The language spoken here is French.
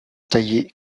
taillées